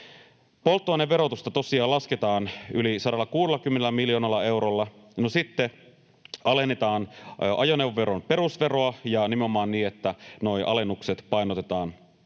Polttoaineverotusta tosiaan lasketaan yli 160 miljoonalla eurolla. Sitten alennetaan ajoneuvoveron perusveroa nimenomaan niin, että nuo alennukset painotetaan